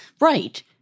Right